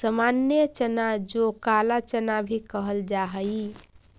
सामान्य चना जो काला चना भी कहल जा हई